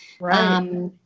Right